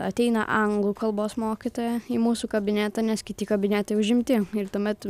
ateina anglų kalbos mokytoja į mūsų kabinetą nes kiti kabinetai užimti ir tuomet